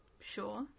Sure